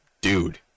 dude